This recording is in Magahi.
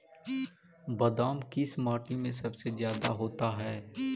बादाम किस माटी में सबसे ज्यादा होता है?